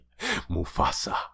Mufasa